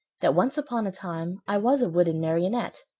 that, once upon a time, i was a wooden marionette,